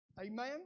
Amen